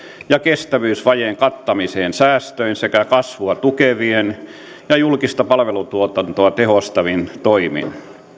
ja kestävyysvajeen kattamiseen säästöin sekä kasvua tukevin ja julkista palvelutuotantoa tehostavin toimin